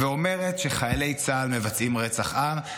ואומרת שחיילי צה"ל מבצעים רצח עם,